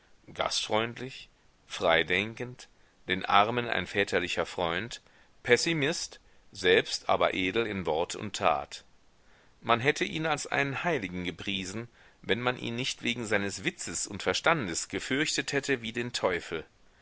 gastfreundlich freidenkend den armen ein väterlicher freund pessimist selbst aber edel in wort und tat man hätte ihn als einen heiligen gepriesen wenn man ihn nicht wegen seines witzes und verstandes gefürchtet hätte wie den teufel